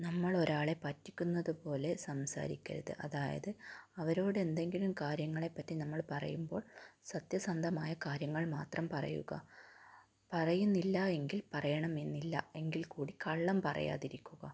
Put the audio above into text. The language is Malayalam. നമ്മൾ ഒരാളെ പറ്റിക്കുന്നത് പോലെ സംസാരിക്കരുത് അതായത് അവരോട് എന്തെങ്കിലും കാര്യങ്ങളെ പറ്റി നമ്മൾ പറയുമ്പോൾ സത്യസന്ധമായ കാര്യങ്ങൾ മാത്രം പറയുക പറയുന്നില്ല എങ്കിൽ പറയണം എന്നില്ല എങ്കിൽ കൂടി കള്ളം പറയാതിരിക്കുക